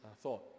thought